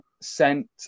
sent